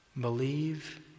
Believe